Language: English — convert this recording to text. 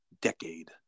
decade